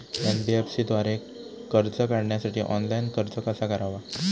NBFC द्वारे कर्ज काढण्यासाठी ऑनलाइन अर्ज कसा करावा?